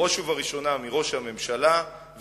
בראש ובראשונה מראש הממשלה ומכנסת